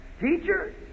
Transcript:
teacher